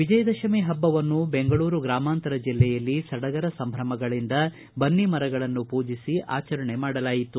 ವಿಜಯದಶಮಿ ಹಬ್ಬವನ್ನು ಬೆಂಗಳೂರು ಗ್ರಾಮಾಂತರ ಜಿಲ್ಲೆಯಲ್ಲಿ ಸಡಗರ ಸಂಭ್ರಮಗಳಿಂದ ಬನ್ನಿಮರಗಳನ್ನು ಪೂಜಿಸಿ ಆಚರಣೆ ಮಾಡಲಾಯಿತು